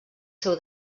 seu